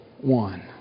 one